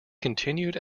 continued